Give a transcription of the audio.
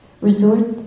Resort